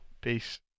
Peace